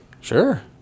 Sure